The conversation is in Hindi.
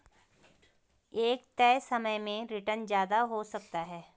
एक तय समय में रीटर्न ज्यादा हो सकता है